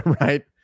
Right